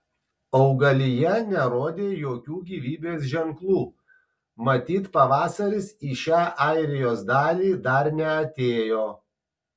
augalija nerodė jokių gyvybės ženklų matyt pavasaris į šią airijos dalį dar neatėjo